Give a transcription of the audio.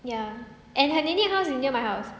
ya and her nenek house is near my house